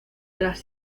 tras